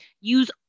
use